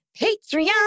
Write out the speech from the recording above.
Patreon